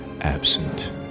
absent